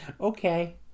okay